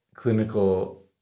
clinical